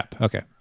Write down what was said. okay